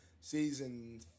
season